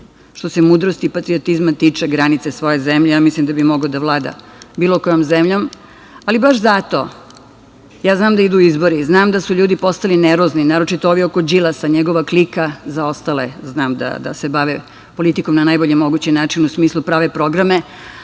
što se mudrosti i patriotizma tiče, granice svoje zemlje. Mislim da bi mogao da vlada bilo kojom zemljom, ali baš zato, znam da idu izbori, znam da su ljudi postali nervozni, naročito ovi oko Đilasa, njegova klika, za ostale znam da se bave politikom na najbolji mogući način u smislu da prave programe,